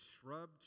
shrub